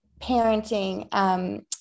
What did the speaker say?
parenting